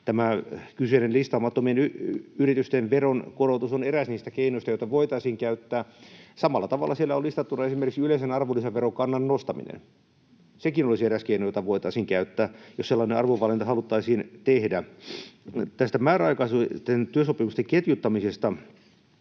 Tämä kyseinen listaamattomien yritysten veronkorotus on eräs niistä keinoista, joita voitaisiin käyttää. Samalla tavalla siellä on listattuna esimerkiksi yleisen arvonlisäverokannan nostaminen. Sekin olisi eräs keino, jota voitaisiin käyttää, jos sellainen arvovalinta haluttaisiin tehdä. Tästä määräaikaisten työsopimusten ketjuttamisesta.